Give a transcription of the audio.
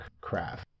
craft